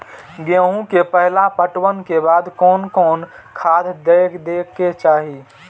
गेहूं के पहला पटवन के बाद कोन कौन खाद दे के चाहिए?